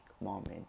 moment